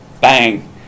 Bang